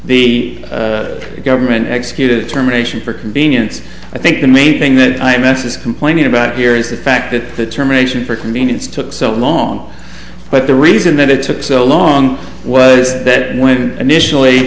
the government executed terminations for convenience i think the main thing that i mess is complaining about here is the fact that the term nation for convenience took so long but the reason that it took so long was that when initially